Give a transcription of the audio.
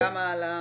וכמה על ---?